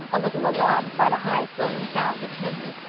a little alarmed by the high-flown sound of menu.